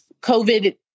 COVID